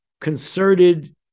concerted